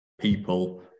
people